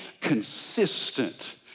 consistent